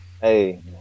Hey